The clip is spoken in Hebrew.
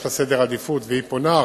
יש לה סדר עדיפויות והיא פונה.